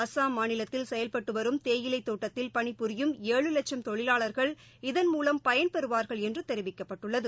அஸ்ஸாம் மாநிலத்தில் செயல்பட்டுவரும் தேயிலை தோட்டத்தில் பணிபுரியும் ஏழு லட்சம் தொழிலாளர்கள் இதன்மூலம் பயன்பெறுவார்கள் என்று தெரிவிக்கப்பட்டுள்ளது